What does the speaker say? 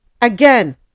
again